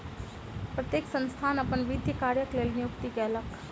प्रत्येक संस्थान अपन वित्तीय कार्यक लेल नियुक्ति कयलक